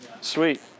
Sweet